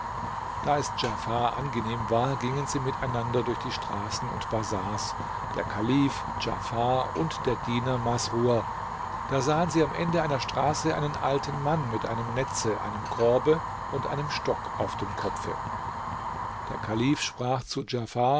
da es djafar angenehm war gingen sie miteinander durch die straßen und bazars der kalif djafar und der diener masrur da sahen sie am ende einer straße einen alten mann mit einem netze einem korbe und einem stock auf dem kopfe der kalif sprach zu